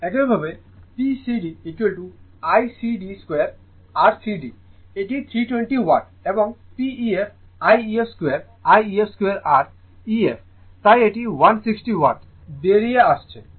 একইভাবে p cdICd 2 R cd এটি 320 watt এবং Pef I ef 2 I ef 2 R ef তাই এটি 160 ওয়াট বেরিয়ে আসছে